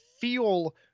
feel